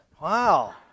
Wow